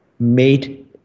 made